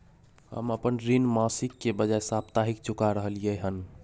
हम अपन ऋण मासिक के बजाय साप्ताहिक चुका रहलियै हन